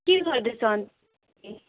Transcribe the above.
के गर्दैछ अन्त